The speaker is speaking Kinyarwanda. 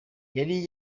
yari